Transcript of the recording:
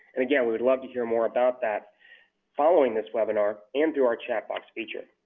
and again we would love to hear more about that following this webinar and through our chat box feature.